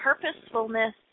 purposefulness